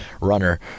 runner